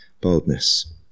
boldness